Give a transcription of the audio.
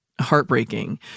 heartbreaking